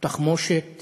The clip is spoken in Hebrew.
מתחמושת